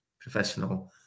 professional